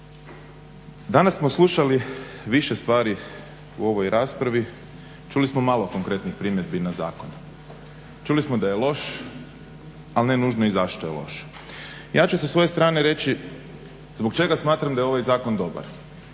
Danas smo slušali više stvari u ovoj raspravi, čuli smo malo konkretnih primjedbi na zakon, čuli smo da je loš, ali ne nužno i zašto je loš. Ja ću sa svoje strane reći zbog čega smatram da je ovaj zakon dobar.